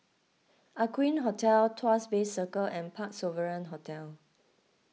Aqueen Hotel Tuas Bay Circle and Parc Sovereign Hotel